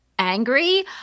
Angry